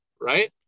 right